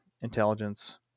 Intelligence